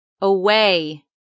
away